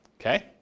Okay